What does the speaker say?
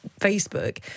Facebook